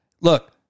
Look